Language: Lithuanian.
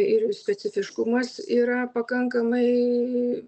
ir specifiškumas yra pakankamai